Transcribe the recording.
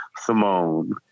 Simone